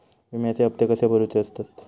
विम्याचे हप्ते कसे भरुचे असतत?